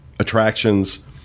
Attractions